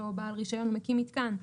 אותו בעל רישיון או מקים מיתקן,